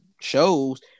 shows